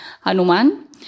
Hanuman